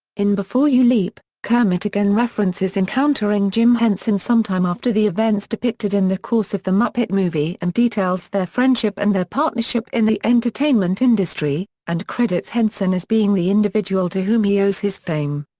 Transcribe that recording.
in before you leap, kermit again references encountering jim henson sometime after the events depicted in the course of the muppet movie and details their friendship and their partnership in the entertainment industry, and credits henson as being the individual to whom he owes his fame.